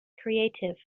creative